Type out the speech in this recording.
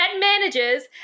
manages